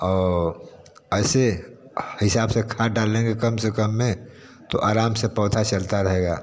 और ऐसे हिसाब से खाद डाल लेंगे कम से कम में तो आराम से पौधा चलता रहेगा